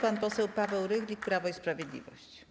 Pan poseł Paweł Rychlik, Prawo i Sprawiedliwość.